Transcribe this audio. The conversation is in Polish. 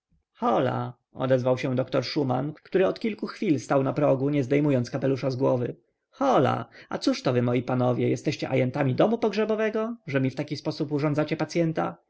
hola odezwał się doktor szuman który od kilku chwil stał na progu nie zdejmując kapelusza z głowy hola a cóżto wy moi panowie jesteście ajentami domu pogrzebowego że mi w taki sposób urządzacie pacyenta